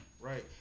Right